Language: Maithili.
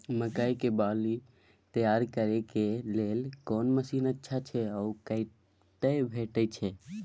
मकई के बाईल तैयारी करे के लेल कोन मसीन अच्छा छै ओ कतय भेटय छै